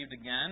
again